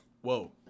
Whoa